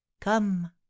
come